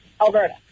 Alberta